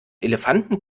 elefanten